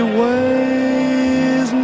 ways